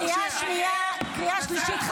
קריאה שנייה ------- קריאה שלישית.